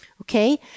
Okay